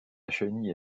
chenille